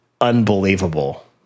unbelievable